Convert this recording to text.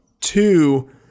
Two